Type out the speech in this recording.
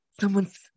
someone's